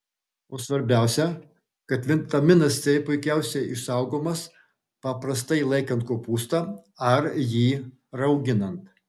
ir svarbiausia kad vitaminas c puikiausiai išsaugomas paprastai laikant kopūstą ar jį rauginant